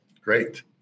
great